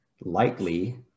lightly